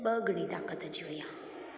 ॿ गणी ताक़त अची वेई आहे